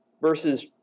versus